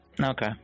Okay